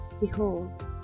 Behold